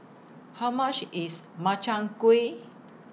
How much IS Makchang Gui